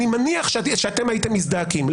אני מניח שאתם הייתם מזדעקים.